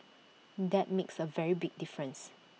that makes A very big difference